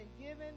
given